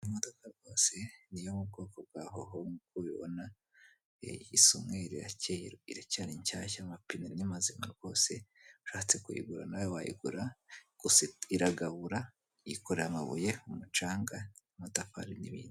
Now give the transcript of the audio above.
Iyi modoka rwose niyo mu bwoko bwa hoho nkuko ubibona isa umweru irakeye iracyari nshyashya amapine ni mazima rwose, ushatse kuyigura nawe wayigura, rwose iragabura, yikorera amabuye, umucanga, amatafari n'ibindi.